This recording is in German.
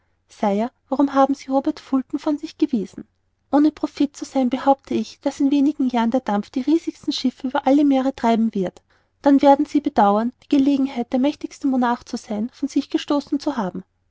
warum haben sie robert fulton von sich gewiesen ohne prophet zu sein behaupte ich daß in wenigen jahren der dampf die riesigsten schiffe über alle meere treiben wird dann werden sie bedauern die gelegenheit der mächtigste monarch zu sein von sich gestoßen zu haben